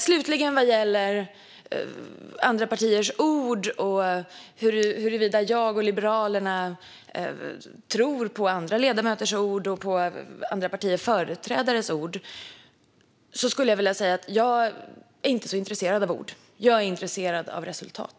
Slutligen vad gäller andra partiers ord och huruvida jag och Liberalerna tror på andra ledamöters ord och andra partiers företrädares ord är jag inte så intresserad av ord. Jag är intresserad av resultat.